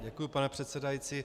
Děkuji, pane předsedající.